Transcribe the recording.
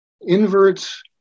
inverts